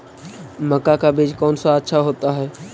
मक्का का बीज कौन सा अच्छा होता है?